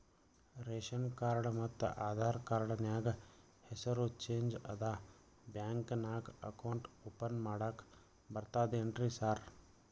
Ration card ಮತ್ತ Aadhaar card ನ್ಯಾಗ ಹೆಸರು ಚೇಂಜ್ ಅದಾ ಬ್ಯಾಂಕಿನ್ಯಾಗ ಅಕೌಂಟ್ ಓಪನ್ ಮಾಡಾಕ ಬರ್ತಾದೇನ್ರಿ ಸಾರ್?